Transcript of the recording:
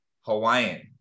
Hawaiian